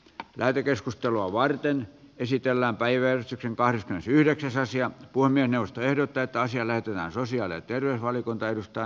a lähetekeskustelua varten esitellään päivä kahdeskymmenesyhdeksäs aasian pulmien ostoehdot täyttäisi löytyvän sosiaali ja terveysvaliokuntaan